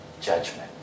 judgment